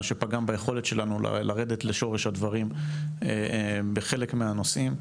מה שפגם ביכולת שלנו לרדת לשורש הדברים בחלק מהנושאים,